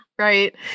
Right